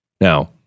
now